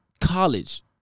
college